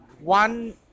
One